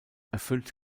erfüllt